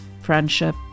friendship